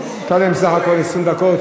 נתתי להם בסך הכול 20 דקות,